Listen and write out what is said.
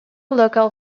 local